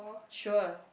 sure